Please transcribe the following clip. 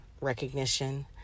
recognition